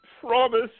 promise